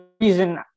reason